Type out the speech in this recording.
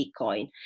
bitcoin